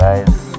Guys